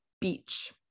beach